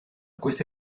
questa